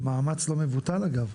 במאמץ לא מבוטל אגב.